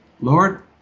Lord